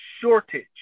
shortage